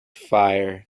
fire